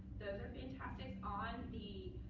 those are fantastic. on the